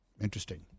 Interesting